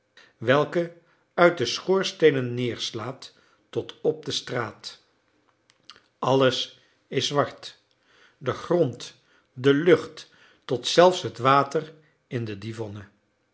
welke uit de schoorsteenen neerslaat tot op de straat alles is zwart de grond de lucht tot zelfs het water in de divonne